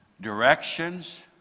Directions